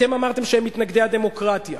אתם אמרתם שהם מתנגדי הדמוקרטיה.